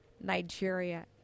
Nigeria